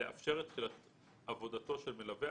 לאפשר את תחילת עבודתו של מלווה,